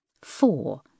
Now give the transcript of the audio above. Four